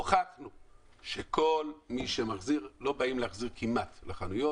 לא מחזירים כמעט לחנויות.